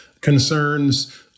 concerns